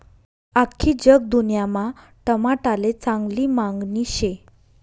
आख्खी जगदुन्यामा टमाटाले चांगली मांगनी शे